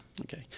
Okay